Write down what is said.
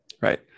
Right